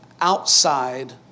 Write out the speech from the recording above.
outside